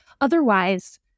Otherwise